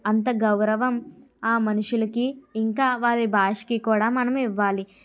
అంత గౌరవం ఆ మనుషులకి ఇంకా వారి భాషకి కూడా మనం ఇవ్వాలి